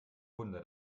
wunder